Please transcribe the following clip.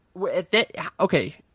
okay